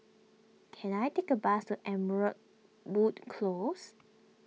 can I take a bus to Amberwood Close